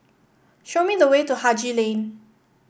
show me the way to Haji Lane